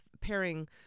pairing